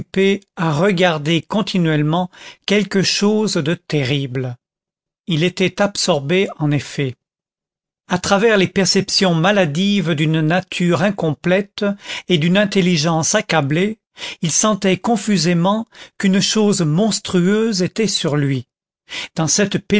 à regarder continuellement quelque chose de terrible il était absorbé en effet à travers les perceptions maladives d'une nature incomplète et d'une intelligence accablée il sentait confusément qu'une chose monstrueuse était sur lui dans cette